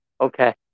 Okay